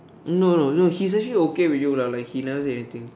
no no no he's actually okay with you lah like he never say anything